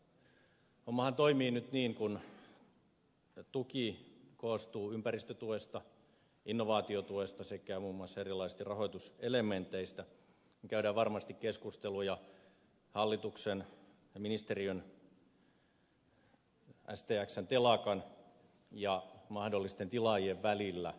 hommahan toimii nyt niin että kun tuki koostuu ympäristötuesta innovaatiotuesta sekä muun muassa erilaisista rahoituselementeistä niin käydään varmasti keskusteluja hallituksen ja ministeriön stxn telakan ja mahdollisten tilaajien välillä